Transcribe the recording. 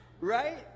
Right